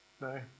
No